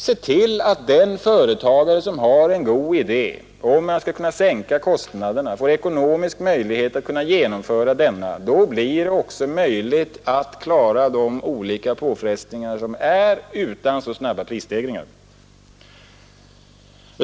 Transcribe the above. Se till att den företagare som har en god idé om hur man skall kunna sänka kostnaderna får ekonomisk möjlighet att genomföra detta! Då blir det också möjligt att klara de olika påfrestningar som förekommer, utan alltför snabba prisstegringar.